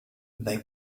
they